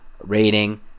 rating